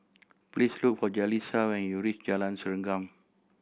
please look for Jalissa when you reach Jalan Serengam